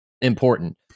important